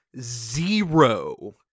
zero